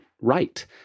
Right